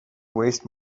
waste